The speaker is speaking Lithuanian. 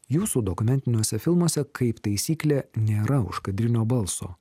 jūsų dokumentiniuose filmuose kaip taisyklė nėra užkadrinio balso